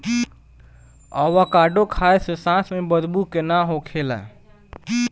avocado खाए से सांस में बदबू के ना होखेला